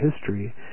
history